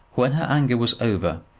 when her anger was over,